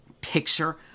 picture